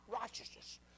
righteousness